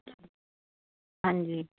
ਹਾਂਜੀ